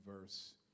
verse